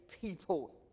people